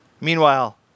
Meanwhile